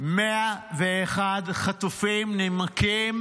101 חטופים נמקים